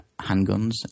handguns